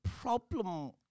problem